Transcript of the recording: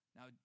Now